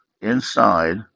inside